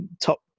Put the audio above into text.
top